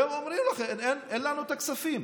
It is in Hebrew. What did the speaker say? והם אומרים לכם: אין לנו את הכספים.